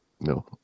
No